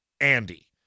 Andy